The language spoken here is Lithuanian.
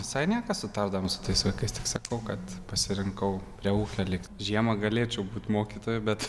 visai nieko sutardavom su tais vaikais sakau kad pasirinkau prie ūkio likt žiemą galėčiau būt mokytoju bet